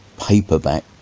paperback